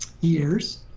years